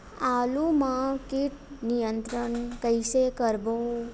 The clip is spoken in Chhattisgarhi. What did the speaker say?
आलू मा कीट नियंत्रण कइसे करबो?